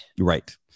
right